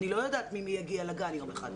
אני לא יודעת מי יגיע לגן יום אחד.